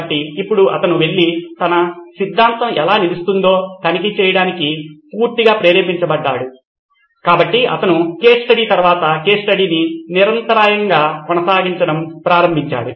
కాబట్టి ఇప్పుడు అతను వెళ్లి తన సిద్ధాంతం ఎలా నిలుస్తుందో తనిఖీ చేయడానికి పూర్తిగా ప్రేరేపించబడ్డాడు కాబట్టి అతను కేస్ స్టడీ తర్వాత కేస్ స్టడీని నిరంతరాయంగా కొనసాగించడం ప్రారంభించాడు